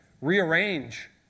Rearrange